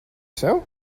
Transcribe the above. sev